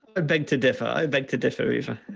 i beg to differ. i beg to differ riva.